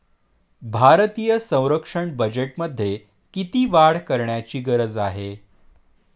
भारतीय संरक्षण बजेटमध्ये किती वाढ करण्याची गरज आहे?